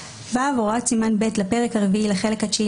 "(ו)הוראות סימן ב' לפרק הרביעי לחלק התשיעי